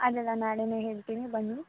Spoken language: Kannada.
ಅದೆಲ್ಲ ನಾಳೆಯೇ ಹೇಳ್ತೀನಿ ಬನ್ನಿ